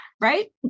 right